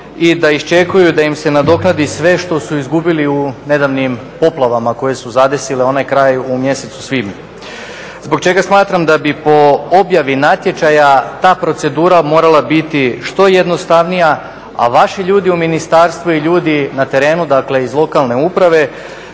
i da iščekuju da im se nadoknadi sve što su izgubili u nedavnim poplavama koje su zadesile onaj kraj u mjesecu svibnju zbog čega smatram da bi po objavi natječaja ta procedura morala biti što jednostavnija a vaši ljudi u ministarstvu i ljudi na terenu, dakle iz lokalne uprave